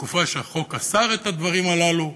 בתקופה שהחוק אסר את הדברים הללו.